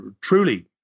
truly